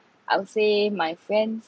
I would say my friends